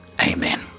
Amen